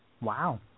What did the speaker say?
Wow